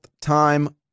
time